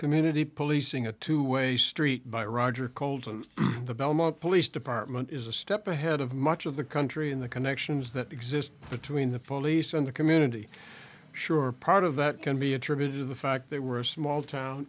community policing a two way street by rodger called the belmont police department is a step ahead of much of the country in the connections that exist between the police and the community sure part of that can be attributed to the fact they were a small town